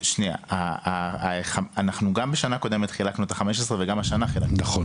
גם בשנה הקודמת חילקנו 15 וגם השנה חילקנו 15. נכון.